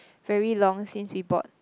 very long since we bought